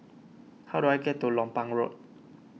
how do I get to Lompang Road